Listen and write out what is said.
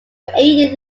aid